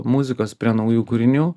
muzikos prie naujų kūrinių